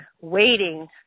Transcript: waiting